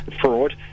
fraud